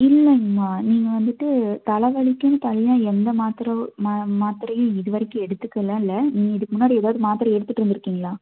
இல்லைங்கமா நீங்கள் வந்துட்டு தலை வலிக்குன்னு தனியாக எந்த மாத்திரை மா மாத்திரையும் இது வரைக்கும் எடுத்துக்கல்லாம் இல்லை நீங்கள் இதுக்கு முன்னாடி எதாவது மாத்திரை எடுத்துகிட்டு வந்திருக்கீங்களா